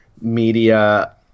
media